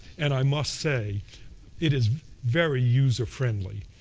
and i must say it is very user-friendly,